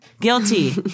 Guilty